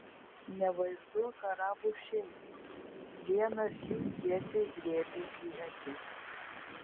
nevaizduok arabų šeicho vienas jų tiesiai drėbė į akis